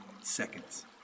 seconds